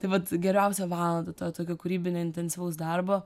tai vat geriausia valandą to tokio kūrybinio intensyvaus darbo